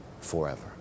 forever